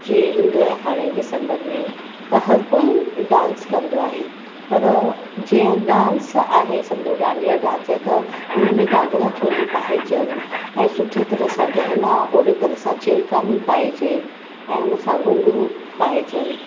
जे ईंदो ऐं हाणे डिसंबर में त हर कोई डांस कंदो आहे पर जंहिं डांस आहे सम्झो डांडिया डांस आहे त उन में घाघरा चोली पाहेजनि ऐं सुठे तरह सां गहना ओहिड़े तरह सां चेलकानी पाइजे ऐं उन सां घुंघरू पाइजनि